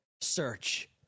search